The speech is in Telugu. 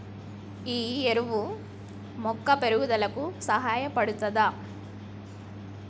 ఈ ఎరువు మొక్క పెరుగుదలకు సహాయపడుతదా?